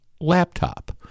laptop